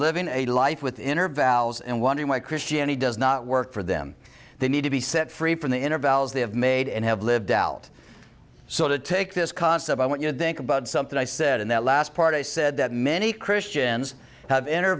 living a life with inner valves and wondering why christianity does not work for them they need to be set free from the inner values they have made and have lived out so to take this concept i want you to think about something i said in that last part i said that many christians have inter